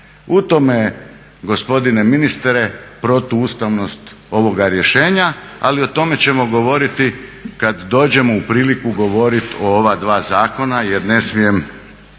U tome je gospodine ministre protuustavnost ovoga rješenja. Ali o tome ćemo govoriti kad dođemo u priliku govoriti o ova dva zakona jer ne smijem